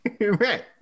Right